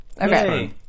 Okay